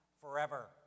forever